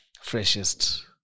freshest